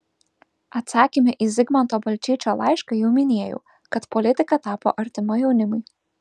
atsakyme į zigmanto balčyčio laišką jau minėjau kad politika tapo artima jaunimui